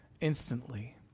instantly